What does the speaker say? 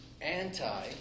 anti